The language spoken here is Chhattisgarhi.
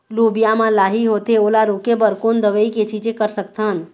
लोबिया मा लाही होथे ओला रोके बर कोन दवई के छीचें कर सकथन?